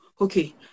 okay